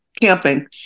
camping